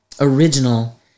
original